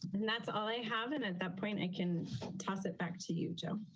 and that's all i have. and at that point i can toss it back to you, joe.